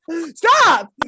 stop